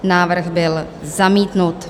Návrh byl zamítnut.